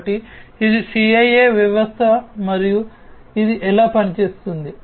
కాబట్టి ఇది CIA వ్యవస్థ మరియు ఇది ఎలా పనిచేస్తుంది